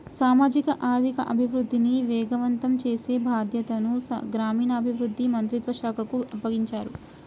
సామాజిక ఆర్థిక అభివృద్ధిని వేగవంతం చేసే బాధ్యతను గ్రామీణాభివృద్ధి మంత్రిత్వ శాఖకు అప్పగించారు